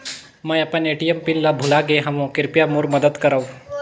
मैं अपन ATM pin ल भुला गे हवों, कृपया मोर मदद करव